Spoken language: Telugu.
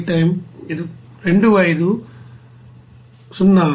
59 కిలో మోల్